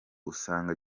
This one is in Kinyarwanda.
usanga